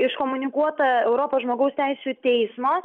iškomunikuota europos žmogaus teisių teismo